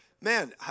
Man